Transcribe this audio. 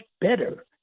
better